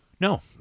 No